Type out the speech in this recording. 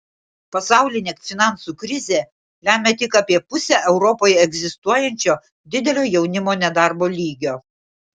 pasaulinė finansų krizė lemia tik apie pusę europoje egzistuojančio didelio jaunimo nedarbo lygio